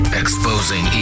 exposing